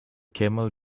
camel